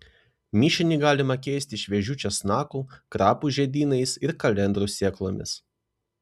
mišinį galima keisti šviežiu česnaku krapų žiedynais ir kalendrų sėklomis